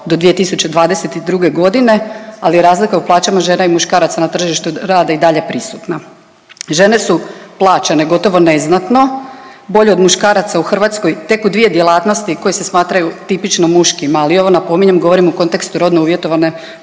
do 2022. godine ali razlika u plaćama žena i muškaraca na tržištu rada je i dalje prisutna. Žene su plaćene gotovo neznatno bolje od muškaraca u Hrvatskoj tek u dvije djelatnosti koje se smatraju tipično muškima, ali ovo napominjem govorim u kontekstu rodno uvjetovane